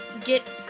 Get